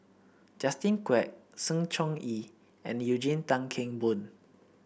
Justin Quek Sng Choon Yee and Eugene Tan Kheng Boon